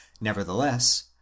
Nevertheless